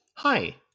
Hi